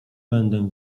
będę